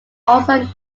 also